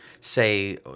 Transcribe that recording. say